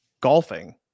golfing